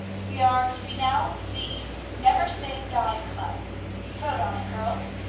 we are to be now the never say die club vote on it, girls.